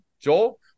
Joel